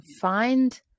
find